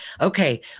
Okay